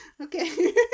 okay